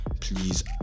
please